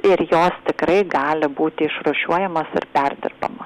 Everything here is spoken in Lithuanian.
ir jos tikrai gali būti išrūšiuojamos ir perdirbamos